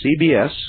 CBS